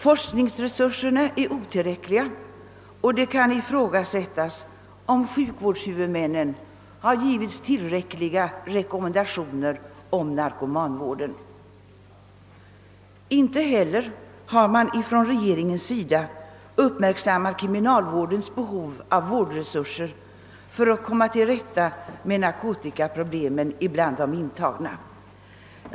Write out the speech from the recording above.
Forskningsresurserna är otillräckliga, och det kan ifrågasättas om sjukvårdshuvudmännen har givits tillräckliga rekommendationer beträffande narkomanvården. Regeringen har inte heller uppmärk sammat kriminalvårdens behov av vårdresurser för att komma till rätta med narkotikaproblemet bland de intagna.